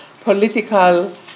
political